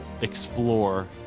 explore